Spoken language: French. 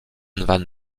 van